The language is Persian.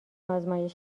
آزمایش